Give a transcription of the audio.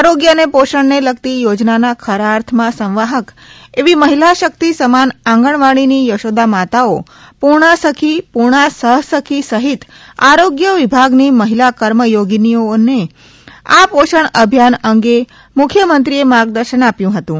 આરોગ્ય અને પોષણને લગતી યોજનાના ખરા અર્થમાં સંવાહક એવી મહિલાશક્તિ સમાન આંગણવાડીની યશોદા માતાઓ પૂર્ણા સખી પૂર્ણા સહસખી સહિત આરોગ્ય વિભાગની મહિલા કર્મયોગિનીઓને આ પોષણ અભિયાન અંગે મુખ્યમંત્રી માર્ગદર્શન આપ્યુ હતું